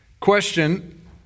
Question